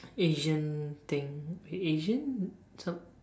Asian thing Asian some